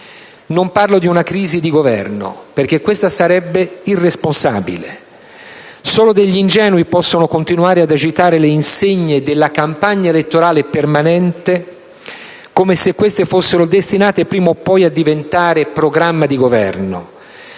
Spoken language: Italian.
Non parlo di una crisi di Governo, perché questa sarebbe una cosa da irresponsabili. Solo degli ingenui possono continuare ad agitare le insegne della campagna elettorale permanente, come se queste fossero destinate prima o poi a diventare programma di Governo.